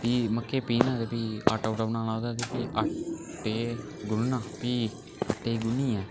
फ्ही मक्के पीह्ना ते फ्ही आटा उटा बनाना ओह्दा ते फ्ही आटे गुन्नना फ्ही आटे गी गुन्नियै